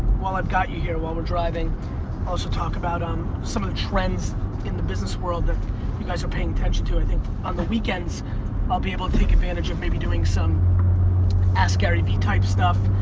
while i've got you here, while we're driving also talk about um some of the trends in the world that you guys are paying attention to. i think on the weekends i'll be able to take advantage of maybe doing some askgaryvee type stuff.